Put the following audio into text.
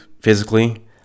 physically